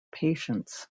patients